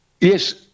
yes